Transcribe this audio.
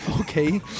Okay